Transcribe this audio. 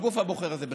בגוף הבוחר הזה.